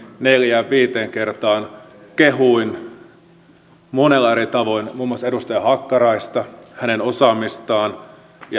neljään viiteen kertaan kehuin monilla eri tavoin muun muassa edustaja hakkaraista hänen osaamistaan